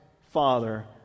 father